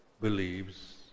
believes